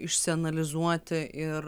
išsianalizuoti ir